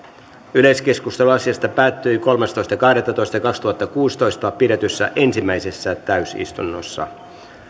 yleiskeskustelu asiasta päättyi kolmastoista kahdettatoista kaksituhattakuusitoista pidetyssä ensimmäisessä täysistunnossa